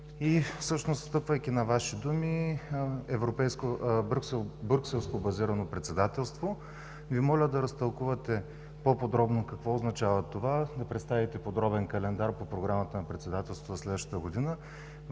и всъщност, стъпвайки на Ваши думи, брюкселски базираното председателство. Моля Ви да разтълкувате по-подробно какво означава това, да представите подробен календар по програмата на председателството за следващата година